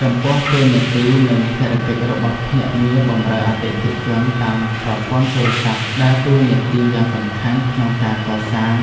ចំពោះ តួនាទី និងភារកិច្ចរបស់ភ្នាក់ងារបម្រើអតិថិជនតាមប្រព័ន្ធទូរស័ព្ទ ដើរតួនាទីយ៉ាងសំខាន់ក្នុងការកសាង